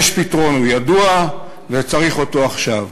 יש פתרון, הוא ידוע, וצריך אותו עכשיו.